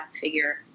figure